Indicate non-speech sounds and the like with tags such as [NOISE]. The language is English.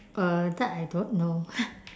uh that I don't know [NOISE]